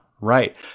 right